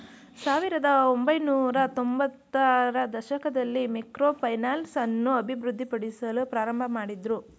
ಸಾವಿರದ ಒಂಬೈನೂರತ್ತೊಂಭತ್ತ ರ ದಶಕದಲ್ಲಿ ಮೈಕ್ರೋ ಫೈನಾನ್ಸ್ ಅನ್ನು ಅಭಿವೃದ್ಧಿಪಡಿಸಲು ಪ್ರಾರಂಭಮಾಡಿದ್ರು